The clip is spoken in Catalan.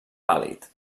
pàl·lid